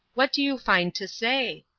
what do you find to say?